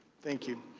thank you.